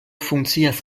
funkcias